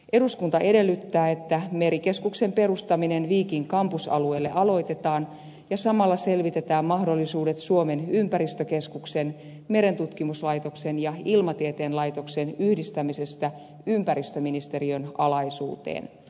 eduskunta edellyttää että merikeskuksen perustaminen viikin kampusalueelle aloitetaan ja samalla selvitetään mahdollisuudet suomen ympäristökeskuksen merentutkimuslaitoksen ja ilmatieteen laitoksen yhdistämisestä ympäristöministeriön alaisuuteen